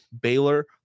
Baylor